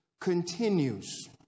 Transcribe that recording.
continues